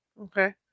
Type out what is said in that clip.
Okay